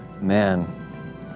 Man